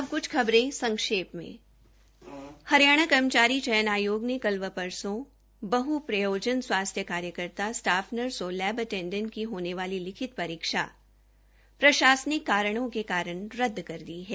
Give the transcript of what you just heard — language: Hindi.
अब क्छ खबरे संक्षेंप में हरियाणा कर्मचारी चयन आयोग ने कल व परसों बह प्रयोजन स्वास्थ्य कार्यकर्ता स्टाफ नर्स और लैब अटेंडेंट की होने वाली लिखित परीक्षा प्रशासनिक के कारणों से रदद कर दी है